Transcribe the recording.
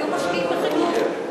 והיו משקיעים בחינוך.